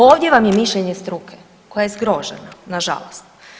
Ovdje vam je mišljenje struke koja je zgrožena na žalost.